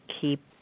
keep